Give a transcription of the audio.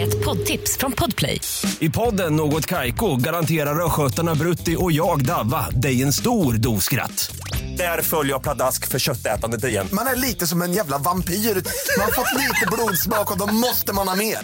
Ett poddtips från Podplay. I podden Något Kaiko garanterar skötarna Brutti och jag Davva dig en stor doskratt. Där följer jag pladask för köttätandet igen. Man är lite som en jävla vampyr. Man har fått lite blodsmak och då måste man ha mer.